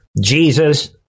Jesus